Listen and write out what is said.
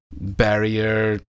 barrier